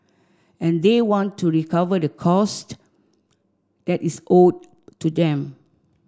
and they want to recover the cost that is owed to them